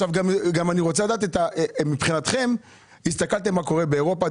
אני גם רוצה לדעת האם בדקתם מה קורה באירופה.